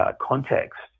context